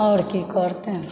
आओर की करतय